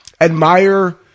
admire